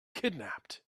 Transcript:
kidnapped